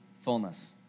fullness